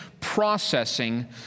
processing